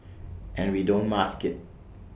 and we don't mask IT